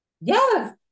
Yes